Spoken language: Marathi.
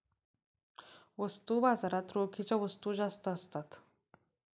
वस्तू बाजारात रोखीच्या वस्तू जास्त असतात